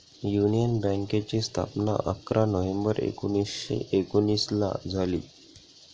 union बँकेची स्थापना अकरा नोव्हेंबर एकोणीसशे एकोनिसला झाली